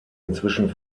inzwischen